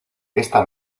esta